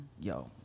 yo